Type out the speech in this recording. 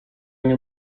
nie